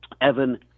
Evan